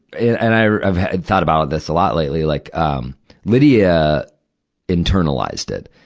and i've i've thought about this a lot lately. like um lydia internalized it.